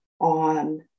on